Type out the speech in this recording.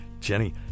Jenny